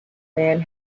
man